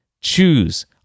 Choose